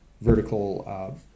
vertical